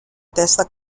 testa